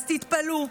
אז תתפלאו,